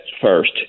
first